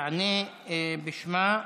יענה בשם,